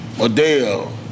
Adele